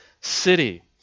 city